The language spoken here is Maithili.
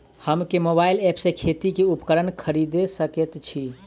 हम केँ मोबाइल ऐप सँ खेती केँ उपकरण खरीदै सकैत छी?